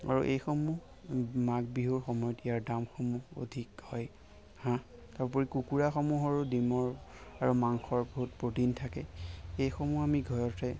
আৰু এইসমূহ মাঘবিহুৰ সময়ত ইয়াৰ দামসমূহ অধিক হয় হাঁহ তাৰোপৰি কুকুৰাসমূহৰো ডিমৰ আৰু মাংসৰ বহুত প্ৰ'টিন থাকে সেইসমূহ আমি ঘৰতে